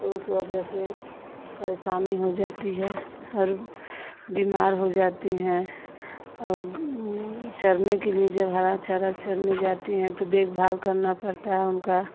तो उस वजह से परेशानी हो जाती है और बीमार हो जाती हैं और चरने के लिए जब हरा चारा चरने जाती हैं तो देखभाल करना पड़ता है उनका